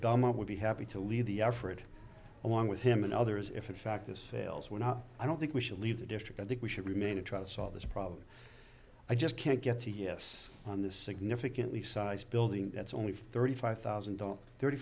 up would be happy to lead the effort along with him and others if in fact this fails we're not i don't think we should leave the district i think we should remain and try to solve this problem i just can't get to yes on this significantly sized building that's only thirty five thousand dollars thirty